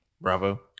Bravo